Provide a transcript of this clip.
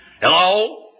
Hello